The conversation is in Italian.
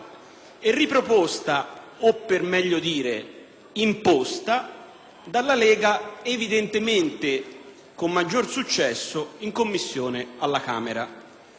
e riproposta o, per meglio dire, imposta dalla Lega evidentemente con maggior successo in Commissione alla Camera.